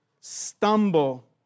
stumble